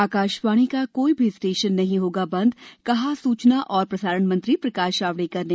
आकाशवाणी का कोई भी स्टेशन नहीं होगा बंद कहा सूचना और प्रसारण मंत्री प्रकाश जावड़ेकर ने